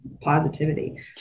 positivity